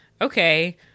okay